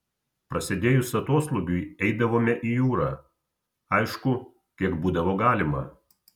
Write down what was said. prasidėjus atoslūgiui eidavome į jūrą aišku kiek būdavo galima